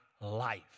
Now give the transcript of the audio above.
life